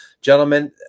gentlemen